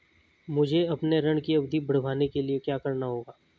मुझे अपने ऋण की अवधि बढ़वाने के लिए क्या करना होगा?